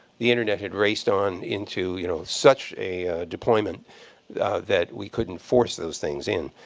the internet had raced on into, you know, such a deployment that we couldn't force those things in.